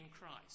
Christ